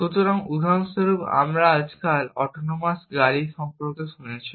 সুতরাং উদাহরণস্বরূপ আপনি আজকাল অটোনোমাস গাড়ি সম্পর্কে শুনেছেন